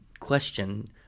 question